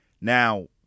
Now